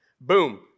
Boom